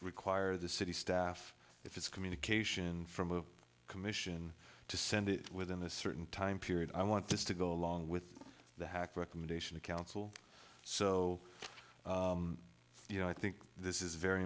require the city staff if it's communication from a commission to send it within this certain time period i want this to go along with the hack recommendation of counsel so you know i think this is very